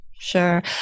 sure